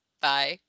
Bye